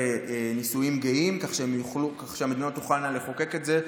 נישואים גאים כך שהמדינות תוכלנה לחוקק את זה,